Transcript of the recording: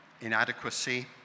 inadequacy